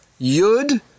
Yud